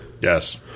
Yes